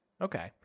Okay